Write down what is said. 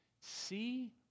See